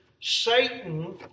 Satan